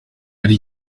ari